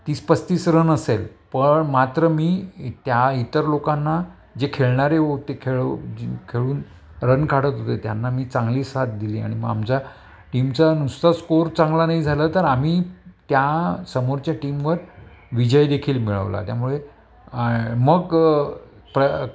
तीस पस्तीस रन असेल पण मात्र मी त्या इतर लोकांना जे खेळणारे होते खेळू खेळून रन काढत होते त्यांना मी चांगली साथ दिली आणि मग आमच्या टीमचा नुसता स्कोअर चांगला नाही झालं तर आम्ही त्या समोरच्या टीमवर विजयदेखील मिळवला त्यामुळे मग प्र